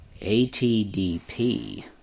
ATDP